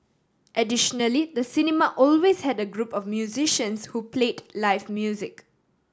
additionally the cinema always had a group of musicians who played live music